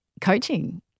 Coaching